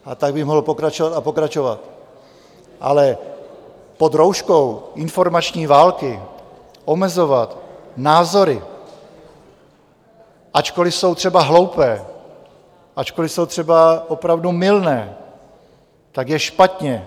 A tak bych mohl pokračovat a pokračovat, ale pod rouškou informační války omezovat názory, ačkoliv jsou třeba hloupé, ačkoliv jsou třeba opravdu mylné, je špatně.